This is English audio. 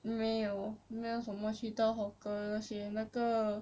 没有没有什么去到 hawker 那些那个